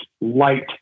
light